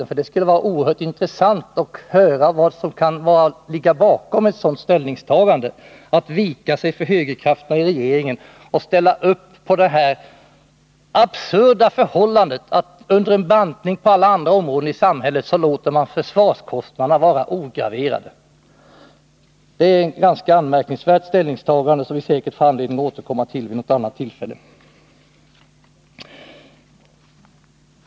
Det skulle nämligen vara oerhört intressant att få höra vad som kan ligga bakom ställningstagandet att vika sig för högerkrafterna i regeringen och godta det absurda förhållandet att man låter försvarskostnaderna vara ograverade samtidigt som det sker en bantning på alla andra områden i samhället. Det är ett ganska anmärkningsvärt ställningstagande, som vi säkert får anledning att återkomma till vid ett annat tillfälle.